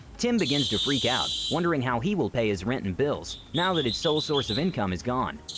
tim begins to freak out wondering how he will pay his rent and bills now that his sole source of income is gone!